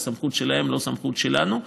זו סמכות שלהם, לא סמכות שלנו,